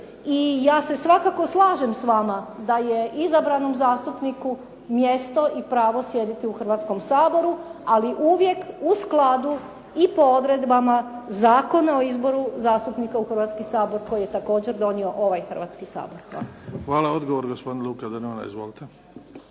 I ja se svakako slažem s vama da je izabranom zastupniku mjesto i pravo sjediti u Hrvatskom saboru, ali uvijek u skladu i po odredbama Zakona o izboru zastupnika u Hrvatski sabor koji je također donio ovaj Hrvatski sabor.